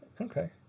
Okay